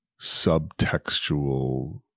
subtextual